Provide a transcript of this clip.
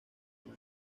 una